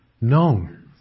known